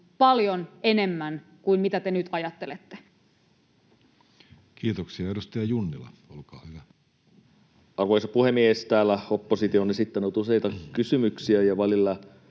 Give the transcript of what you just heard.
paljon enemmän kuin mitä te nyt ajattelette. Kiitoksia. — Edustaja Junnila, olkaa hyvä. Arvoisa puhemies! Täällä oppositio on esittänyt useita kysymyksiä, ja välillä